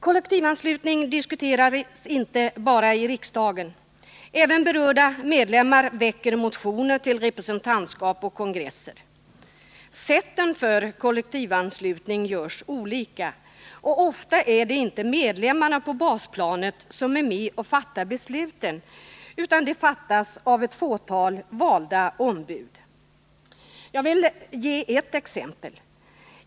Kollektivanslutning diskuteras inte bara i riksdagen. Även berörda medlemmar väcker motioner till representantskap och kongresser. Sätten för kollektivanslutningen görs olika. Ofta är det inte medlemmarna på basplanet som är med och fattar besluten, utan de fattas av ett fåtal valda ombud. Jag vill ge ett exempel.